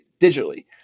digitally